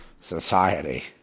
society